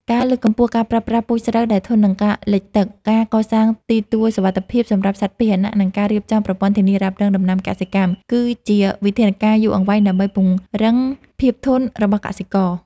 ការលើកកម្ពស់ការប្រើប្រាស់ពូជស្រូវដែលធន់នឹងការលិចទឹក ការកសាងទីទួលសុវត្ថិភាពសម្រាប់សត្វពាហនៈ និងការរៀបចំប្រព័ន្ធធានារ៉ាប់រងដំណាំកសិកម្ម គឺជាវិធានការយូរអង្វែងដើម្បីពង្រឹងភាពធន់របស់កសិករ។